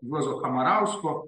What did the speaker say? juozo kamarausko